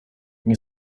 nie